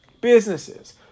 businesses